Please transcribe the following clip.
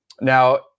Now